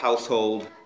household